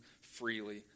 freely